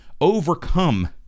overcome